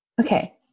Okay